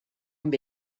amb